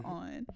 on